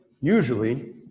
usually